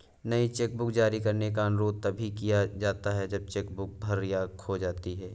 नई चेकबुक जारी करने का अनुरोध तभी किया जाता है जब चेक बुक भर या खो जाती है